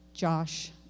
Josh